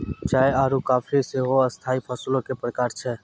चाय आरु काफी सेहो स्थाई फसलो के प्रकार छै